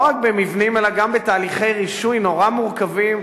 לא רק במבנים אלא גם בתהליכי רישוי נורא מורכבים,